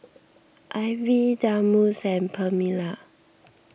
Ivie Delmus and Permelia